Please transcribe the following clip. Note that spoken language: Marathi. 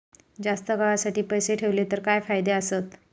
जास्त काळासाठी पैसे ठेवले तर काय फायदे आसत?